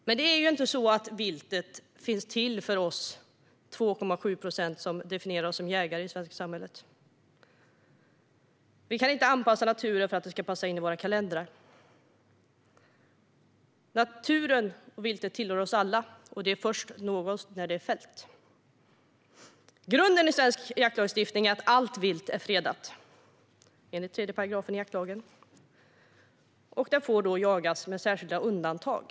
Men det är inte så att viltet finns till för oss 2,7 procent som definierar oss som jägare i det svenska samhället. Vi kan inte anpassa naturen för att den ska passa in i våra kalendrar. Naturen och viltet tillhör oss alla. Viltet är någons först när det är fällt. Grunden i svensk jaktlagstiftning är att "viltet är fredat", som det står i 3 § jaktlagen. Det får jagas med särskilda undantag.